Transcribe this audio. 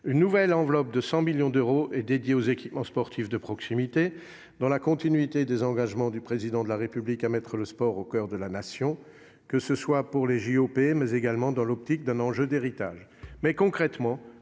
Une nouvelle enveloppe de 100 millions d'euros est dédiée aux équipements sportifs de proximité, dans la continuité des engagements du Président de la République à « mettre le sport au coeur de la Nation », que ce soit dans le cadre des jeux Olympiques et Paralympiques ou dans l'optique d'un enjeu d'héritage.